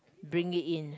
bring it in